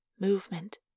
Movement